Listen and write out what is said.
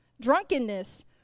drunkenness